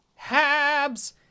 Habs